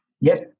Yes